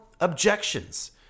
objections